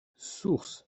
source